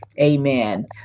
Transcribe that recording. Amen